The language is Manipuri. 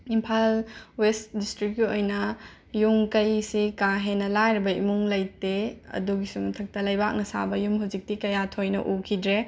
ꯏꯝꯐꯥꯜ ꯋꯦꯁ ꯗꯤꯁꯇ꯭ꯔꯤꯛꯀꯤ ꯑꯣꯏꯅ ꯌꯨꯝ ꯀꯩꯁꯤ ꯀꯥ ꯍꯦꯟꯅ ꯂꯥꯏꯔꯕ ꯏꯃꯨꯡ ꯂꯩꯇꯦ ꯑꯗꯨꯒꯤꯁꯨ ꯃꯊꯛꯇ ꯂꯩꯕꯥꯛꯅ ꯁꯥꯕ ꯌꯨꯝ ꯍꯧꯖꯤꯛꯇꯤ ꯀꯌꯥ ꯊꯣꯏꯅ ꯎꯈꯤꯗ꯭ꯔꯦ